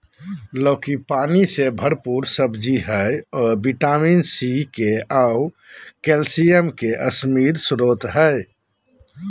लौकी पानी से भरपूर सब्जी हइ अ विटामिन सी, के आऊ कैल्शियम के समृद्ध स्रोत हइ